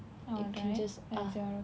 you can just ask